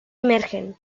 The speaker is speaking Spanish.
emergen